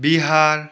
Bihar